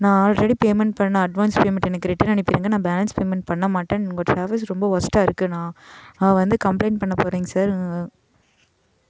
நான் already payment பண்ண advance payment எனக்கு ரிட்டன் அனுப்பிடுங்க நான் பேலன்ஸ் பேமெண்ட் பண்ண மாட்டேன் உங்கள் டிராவல்ஸ் ரொம்ப ஒஸ்ட்டாக இருக்கு நான் நான் வந்து கம்ப்ளைண்ட் பண்ண போறேங்க சார்